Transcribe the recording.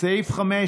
סעיף 5,